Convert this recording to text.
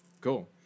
Cool